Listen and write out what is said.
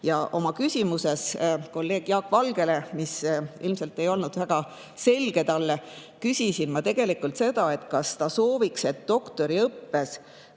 Ma oma küsimuses kolleeg Jaak Valgele, mis ilmselt ei olnud talle väga selge, küsisin tegelikult seda, et kas ta sooviks, et doktoriõppes